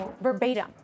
Verbatim